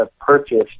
purchased